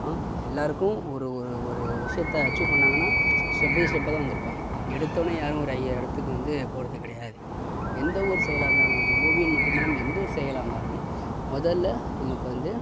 ஆ எல்லோருக்கும் ஒரு ஒரு ஒரு விஷயத்த அச்சீவ் பண்ணாங்கன்னா ஸ்டெப் பை ஸ்டெப்பாக தான் வந்திருப்பாங்க எடுத்தோடனே யாரும் ஒரு ஹையர் இடத்துக்கு வந்து போகிறது கிடையாது எந்த ஒரு செயலாக இருந்தாலும் அது ஓவியன் மட்டும் இல்லாமல் எந்த ஒரு செயலாக இருந்தாலும் முதல்ல நமக்கு வந்து